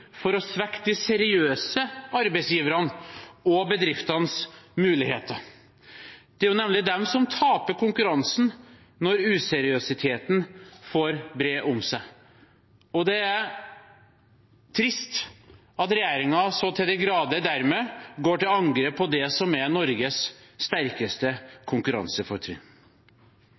for å svekke de seriøse arbeidsgiverne og bedriftenes muligheter, for det er nemlig de som taper konkurransen når useriøsiteten får bre om seg. Det er trist at regjeringen så til de grader dermed går til angrep på det som er Norges sterkeste konkurransefortrinn.